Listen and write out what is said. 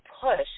push